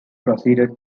proceeded